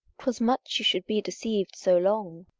twas much she should be deceived so long.